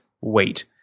wait